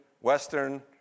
Western